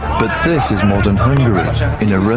but this is modern hungary in a